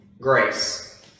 Grace